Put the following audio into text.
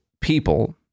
people